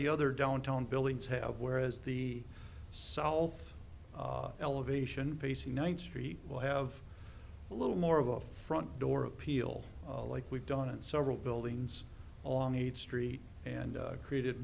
the other downtown buildings have whereas the south elevation facing ninth street will have a little more of a front door appeal like we've done it several buildings along eighth street and created